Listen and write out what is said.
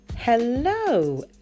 Hello